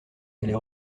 allait